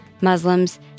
Muslims